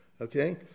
Okay